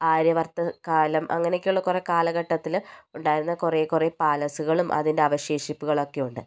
ആര്യ വർദ്ധ കാലം അങ്ങനൊക്കെയുള്ള കുറെ കാലഘട്ടത്തില് ഉണ്ടായിരുന്ന കുറെ കുറെ പാലസുകളും അതിന്റെ അവശേഷിപ്പുകളൊക്കെ ഉണ്ട്